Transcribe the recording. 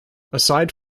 aside